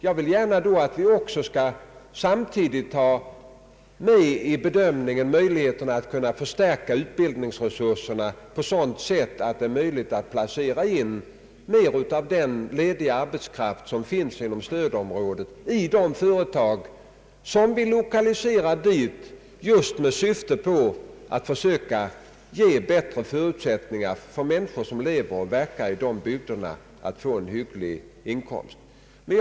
När det gäller att försöka ge bättre förutsättningar för de människor som lever och verkar i dessa bygder att få en hygglig inkomst vill jag alltså att man också skall ha med i bedömningen den möjlighet som finns att förstärka utbildningsresurserna så att man kan placera in mer av den lediga arbetskraften inom stödområdet i de företag som vill lokalisera dit.